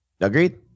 Agreed